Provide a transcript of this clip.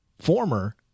former